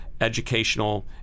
educational